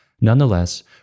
nonetheless